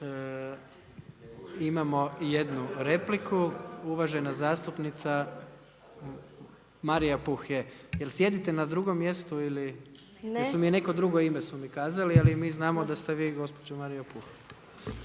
Imamo i jednu repliku. Uvažena zastupnica Marija Puh. Je li sjedite na drugom mjestu, ili? …/Upadica: Ne./… Jer su mi neko drugo ime kazali ali mi znamo da ste vi gospođa Marija Puh.